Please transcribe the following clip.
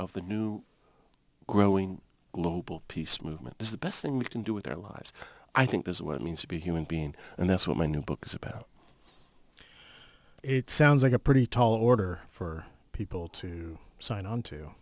of the new growing global peace movement is the best thing we can do with their lives i think is what it means to be a human being and that's what my new book is about it sounds like a pretty tall order for people to sign onto